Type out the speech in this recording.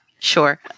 Sure